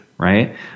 Right